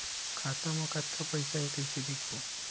खाता मा कतका पईसा हे कइसे देखबो?